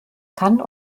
kann